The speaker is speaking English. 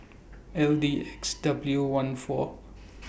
L D X W one four